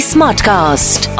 Smartcast